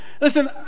Listen